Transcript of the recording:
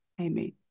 Amen